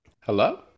Hello